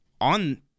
on